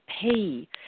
pay